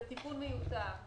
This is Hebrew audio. זה תיקון מיותר.